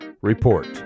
Report